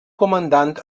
comandant